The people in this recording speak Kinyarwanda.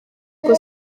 ubwo